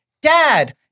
Dad